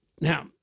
Now